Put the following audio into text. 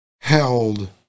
held